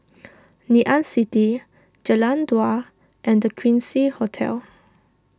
Ngee Ann City Jalan Dua and the Quincy Hotel